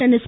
tennis